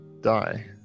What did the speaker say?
die